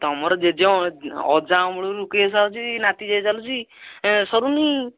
ତୁମର ଜେଜ ଅଜା ଅମଳରୁ କେସ୍ ଅଛି ନାତି ଯାଏଁ ଚାଲୁଛି ସରୁନି